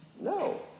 no